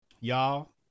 y'all